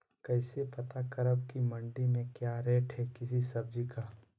कैसे पता करब की मंडी में क्या रेट है किसी सब्जी का?